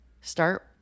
Start